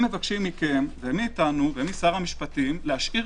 הם מבקשים מכם ומאתנו ומשר המשפטים להשאיר